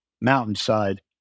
Mountainside